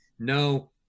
No